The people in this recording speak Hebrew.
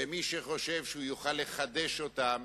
ומי שחושב שהוא יוכל לחדש אותן,